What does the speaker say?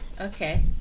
okay